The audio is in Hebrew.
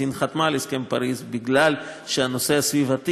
סין חתמה על הסכם פריז כי הנושא הסביבתי